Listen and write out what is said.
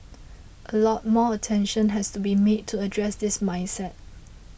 a lot more attention has to be made to address this mindset